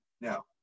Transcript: Now